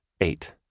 Eight